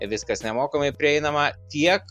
viskas nemokamai prieinama tiek